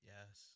Yes